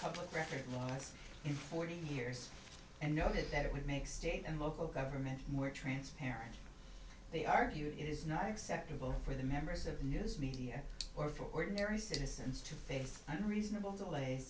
public record was in forty years and noted that it would make state and local government more transparent they argue it is not acceptable for the members of news media or for ordinary citizens to face unreasonable delay